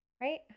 Right